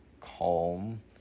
calm